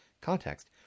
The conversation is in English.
context